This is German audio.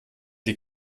die